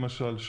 למשל,